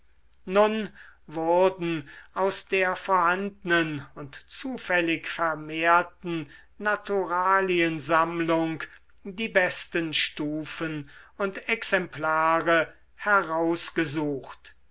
nun wurden aus der vorhandnen und zufällig vermehrten naturaliensammlung die besten stufen und exemplare herausgesucht